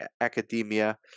academia